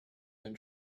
and